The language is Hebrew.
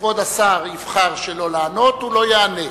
וכבוד השר יבחר שלא לענות, הוא לא יענה.